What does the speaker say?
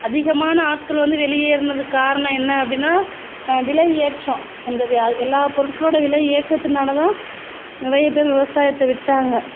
அதிகமான ஆட்கள் வந்து வெளியேறினது காரணம் என்ன அப்படின்னா விலை ஏற்றம் அந்த எல்லா பொருட்களோட விலை ஏற்றத்தினால தான் நிறைய பேர் விவசாயத்தை விட்டாங்க